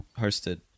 hosted